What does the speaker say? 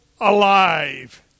alive